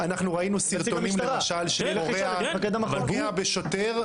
אנחנו ראינו סרטונים שפורע פוגע בשוטר,